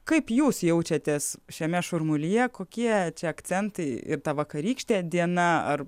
kaip jūs jaučiatės šiame šurmulyje kokie čia akcentai ir ta vakarykštė diena ar